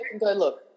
look